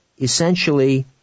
essentially